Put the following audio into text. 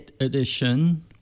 edition